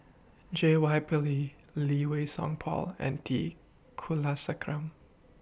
J Y Pillay Lee Wei Song Paul and T Kulasekaram